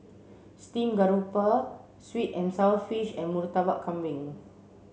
stream grouper sweet and sour fish and Murtabak Kambing